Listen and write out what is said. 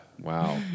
Wow